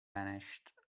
vanished